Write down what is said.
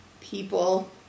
people